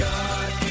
God